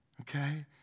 okay